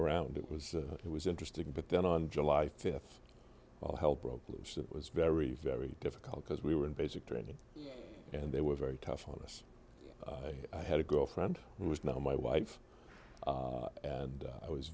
around it was it was interesting but then on july th all help broke loose it was very very difficult because we were in basic training and they were very tough on us i had a girlfriend who is now my wife and i was